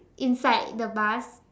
inside the bus